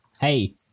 hey